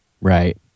right